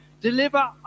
Deliver